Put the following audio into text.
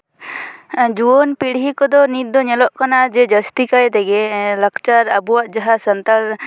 ᱡᱩᱣᱟᱹᱱ ᱯᱤᱲᱦᱤ ᱠᱚᱫᱚ ᱱᱤᱛ ᱫᱚ ᱧᱮᱞᱚᱜ ᱠᱟᱱᱟ ᱡᱮ ᱡᱟᱹᱥᱛᱤ ᱠᱟᱭ ᱛᱮᱜᱮ ᱞᱟᱠᱪᱟᱨ ᱟᱵᱚᱣᱟᱜ ᱡᱟᱦᱟᱸ ᱥᱟᱱᱛᱟᱲ